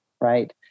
right